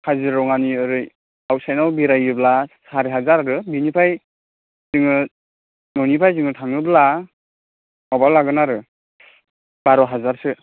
काजिरङानि ओरै आव साइथआव बेरायोब्ला सारि हाजार आरो बेनिफ्राय जोङो न'निफ्राय जोङो थाङोब्ला माबा लागोन आरो बार' हाजारसो